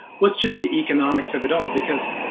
was just the economics of it all because